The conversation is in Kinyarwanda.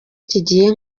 kigiye